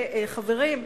חברים,